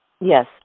Yes